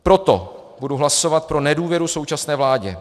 Proto budu hlasovat pro nedůvěru současné vládě.